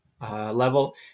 level